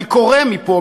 אני קורא מפה,